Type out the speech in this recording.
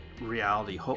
reality